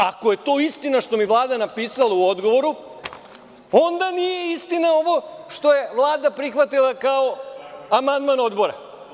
Ako je to istina što mi je Vlada napisala u odgovoru, onda nije istina ovo što je Vlada prihvatila kao amandman Odbora.